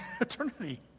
eternity